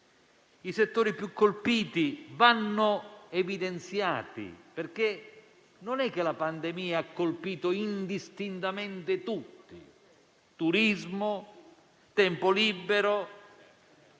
I settori più colpiti vanno evidenziati, perché non è che la pandemia abbia colpito indistintamente tutti: turismo, tempo libero,